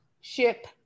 ship